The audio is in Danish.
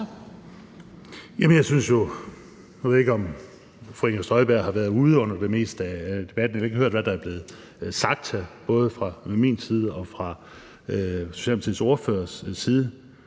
ved jeg ikke, om fru Inger Støjberg har været ude under det meste af debatten og ikke har hørt, hvad der er blevet sagt, både fra min side og fra Socialdemokratiets ordførers side,